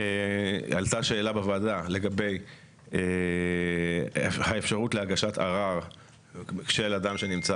עלתה שאלה לגבי האפשרות להגשת ערר של אדם שנמצא